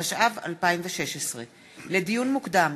התשע"ו 2016. לדיון מוקדם: